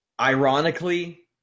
ironically